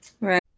Right